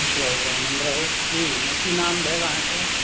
खुश रहु आनन्द रहु की की नाम भेल अहाँकेँ